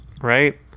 right